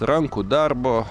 rankų darbo